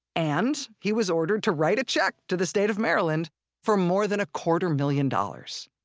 and he was ordered to write a check to the state of maryland for more than a quarter million dollars